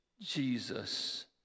jesus